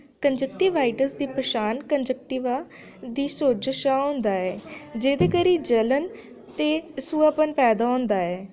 conjunctivitis दी पन्छान conjunctiva दी सोजश शा होंदी ऐ जेह्दे करी जलन ते सूहापन पैदा होंदा ऐ